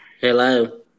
Hello